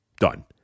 done